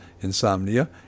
insomnia